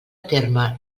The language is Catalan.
terme